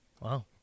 Wow